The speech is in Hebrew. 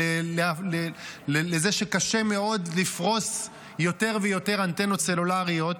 לזה שקשה מאוד לפרוס יותר ויותר אנטנות סלולריות.